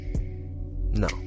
No